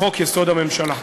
לחוק-יסוד: הממשלה.